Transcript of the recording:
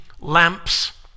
lamps